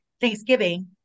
Thanksgiving